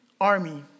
army